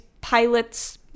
pilots